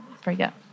forget